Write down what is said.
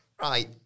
Right